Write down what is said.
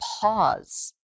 pause